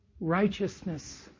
Righteousness